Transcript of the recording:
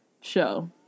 show